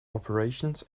operations